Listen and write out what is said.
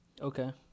Okay